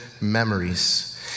memories